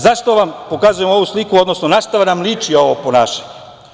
Zašto vam pokazujem ovu sliku, odnosno na šta nam liči ovo ponašanje?